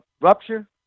rupture